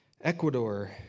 Ecuador